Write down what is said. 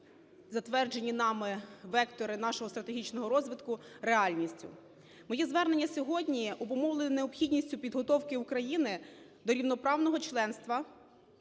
затверджені нами вектори нашого стратегічного розвитку реальністю. Мої звернення сьогодні обумовлені необхідністю підготовки України до рівноправного членства